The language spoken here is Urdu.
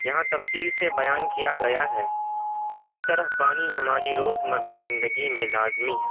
یہاں تفصیل سے بیان کیا گیا ہے کہ کس طرح پانی ہماری روزمرہ زندگی میں لازمی ہے